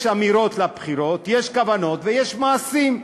יש אמירות לבחירות, יש כוונות ויש מעשים.